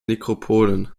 nekropolen